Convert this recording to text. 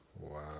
Wow